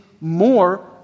more